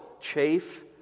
chafe